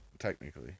Technically